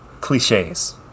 cliches